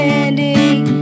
ending